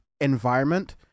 environment